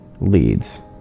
leads